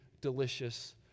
delicious